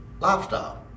lifestyle